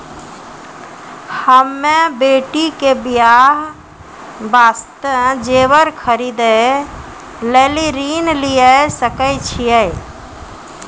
हम्मे बेटी के बियाह वास्ते जेबर खरीदे लेली ऋण लिये सकय छियै?